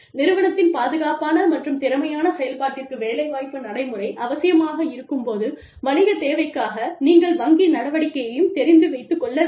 நிறுவனத்தின் பாதுகாப்பான மற்றும் திறமையான செயல்பாட்டிற்கு வேலைவாய்ப்பு நடைமுறை அவசியமாக இருக்கும்போது வணிகத் தேவைக்காக நீங்கள் வங்கி நடவடிக்கையையும் தெரிந்து வைத்து கொள்ள வேண்டும்